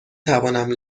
توانم